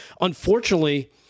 unfortunately